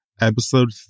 Episode